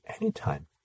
anytime